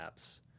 apps